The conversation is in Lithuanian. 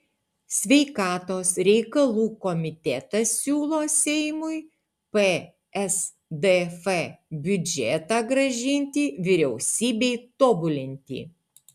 sveikatos reikalų komitetas siūlo seimui psdf biudžetą grąžinti vyriausybei tobulinti